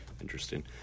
Interesting